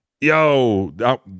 yo